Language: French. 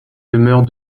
demeure